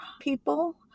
people